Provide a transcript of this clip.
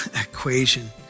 equation